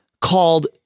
called